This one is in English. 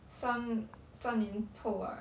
三三年后 right